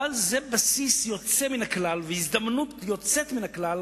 אבל זה בסיס יוצא מן הכלל והזדמנות יוצאת מן הכלל,